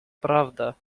правда